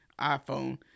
iPhone